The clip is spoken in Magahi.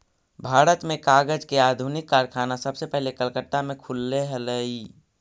भारत में कागज के आधुनिक कारखाना सबसे पहले कलकत्ता में खुलले हलइ